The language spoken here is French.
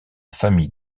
famille